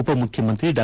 ಉಪಮುಖ್ಯಮಂತ್ರಿ ಡಾ